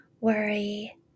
worry